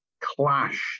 clashed